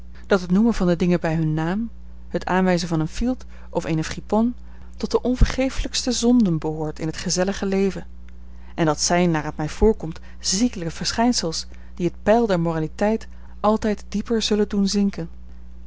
dat het noemen van de dingen bij hun naam het aanwijzen van een fielt of eene friponne tot de onvergeeflijkste zonden behoort in het gezellige leven en dat zijn naar het mij voorkomt ziekelijke verschijnsels die het peil der moraliteit altijd dieper zullen doen zinken